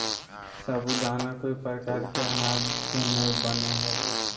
साबूदाना कोय प्रकार के अनाज से नय बनय हइ